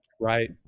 right